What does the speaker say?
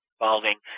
involving